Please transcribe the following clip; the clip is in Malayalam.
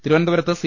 തിരുവനന്തപുരത്ത് സി